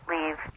Leave